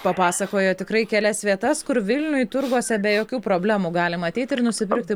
papasakojo tikrai kelias vietas kur vilniuj turguose be jokių problemų galima ateiti ir nusipirkti